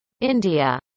India